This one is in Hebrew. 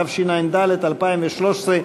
התשע"ד 2013,